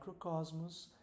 microcosmos